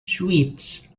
sweets